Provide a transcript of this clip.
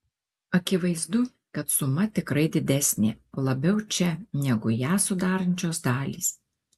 akivaizdu kad suma tikrai didesnė labiau čia negu ją sudarančios dalys